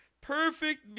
perfect